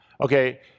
okay